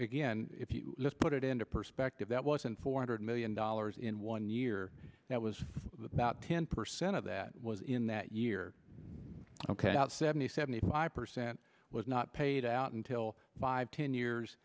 again let's put it into perspective that wasn't four hundred million dollars in one year that was about ten percent of that was in that year ok about seventy seventy five percent was not paid out until by ten years